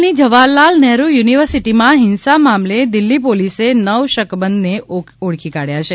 દિલ્લીની જવાહરલાલ નહેરુ યુનિવસિર્ટીમાં હિંસા મામલે દિલ્લી પોલીસે નવ શકમંદને ઓળખી કાઢ્યા છે